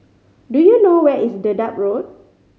do you know where is Dedap Road